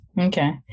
Okay